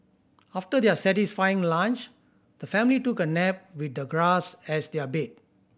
after their satisfying lunch the family took a nap with the grass as their bed